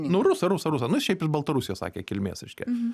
nu rusą rusą rusą nu šiaip iš baltarusijos sakė kilmės reiškia